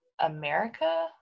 America